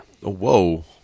Whoa